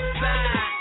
side